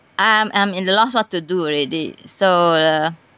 I'm I'm in the lost what to do already so the